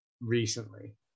recently